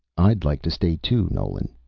i'd like to stay too, nolan,